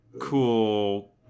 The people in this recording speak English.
cool